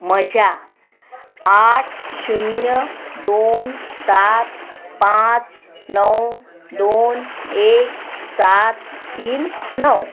म्हज्या आठ शुन्य दोन सात पांच णव दोन एक सात तीन णव